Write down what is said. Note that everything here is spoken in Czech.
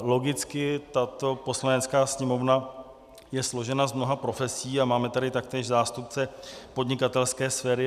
Logicky tato Poslanecká sněmovna je složena z mnoha profesí a máme tady taktéž zástupce podnikatelské sféry.